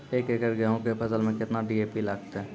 एक एकरऽ गेहूँ के फसल मे केतना डी.ए.पी लगतै?